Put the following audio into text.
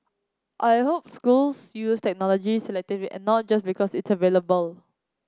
I hope schools use technology selectively and not just because it's available